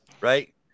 right